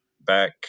back